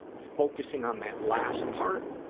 focusing on that last part,